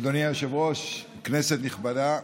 אדוני היושב-ראש, כנסת נכבדה,